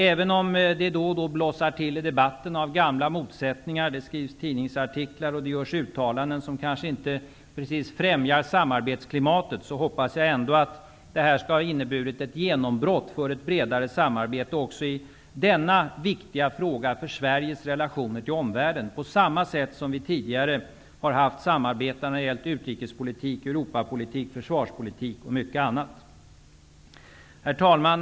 Även om det då blossar till av gamla motsättningar i debatten -- det skrivs tidningsartiklar och görs uttalanden som kanske inte precis främjar samarbetsklimatet -- hoppas jag ändå att det skall ha inneburit ett genombrott för ett bredare samarbete också för Sveriges relationer till omvärlden i denna viktiga fråga, på samma sätt som vi tidigare har haft samarbete när det gäller utrikespolitik, Europapolitik, försvarspolitik och mycket annat. Herr talman!